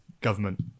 government